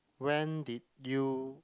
when did you